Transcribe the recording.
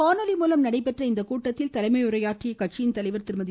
காணொலி மூலம் நடைபெற்ற இந்த கூட்டத்தில் தலைமை உரையாற்றிய கட்சியின் தலைவர் திருமதி